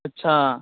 अच्छा